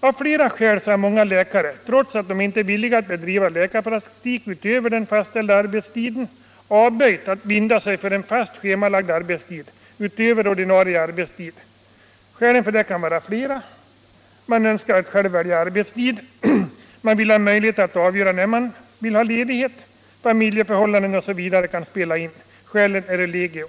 offentliganställda läkare har, trots att de är villiga att bedriva läkarpraktik utöver den fastställda arbetstiden, avböjt att binda sig för en fast schemalagd arbetstid utöver ordinarie arbetstid. Skälen till detta kan vara flera. Man önskar kanske själv välja arbetstid, man vill ha möjlighet att avgöra när man vill vara ledig. Vidare kan familjeförhållanden spela in. Skälen är legio.